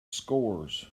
scores